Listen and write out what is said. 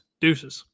Deuces